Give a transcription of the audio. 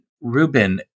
Rubin